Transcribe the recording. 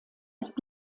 ist